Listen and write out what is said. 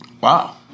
Wow